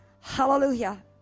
Hallelujah